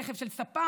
רכב של ספק,